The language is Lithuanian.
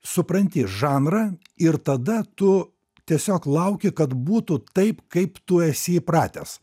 supranti žanrą ir tada tu tiesiog lauki kad būtų taip kaip tu esi įpratęs